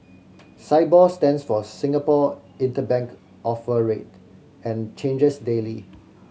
Sibor stands for Singapore Interbank Offer Rate and changes daily